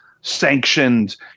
sanctioned